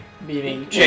Meaning